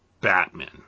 Batman